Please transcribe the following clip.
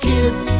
Kids